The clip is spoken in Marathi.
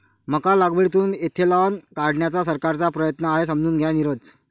मका लागवडीतून इथेनॉल काढण्याचा सरकारचा प्रयत्न आहे, समजून घ्या नीरज